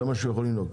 זה מה שיכול לנהוג.